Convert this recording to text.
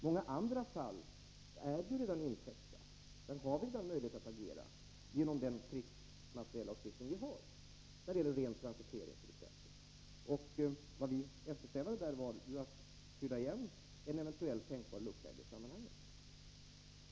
Många andra fall är ju redan intäckta — där har vi redan möjlighet att ingripa — genom den krigsmateriellagstiftning vi har. Det gällert.ex. ren transitering. Vad vi eftersträvade var att fylla igen en tänkbar lucka i detta sammanhang.